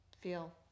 feel –